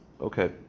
Okay